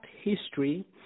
history